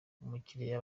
umukiriya